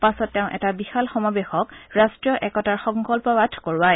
পাছত তেওঁ এটা বিশাল সমাৱেশক ৰাট্টীয় একতাৰ সংকল্প পাঠ কৰোৱায়